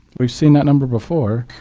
we've seen that number before,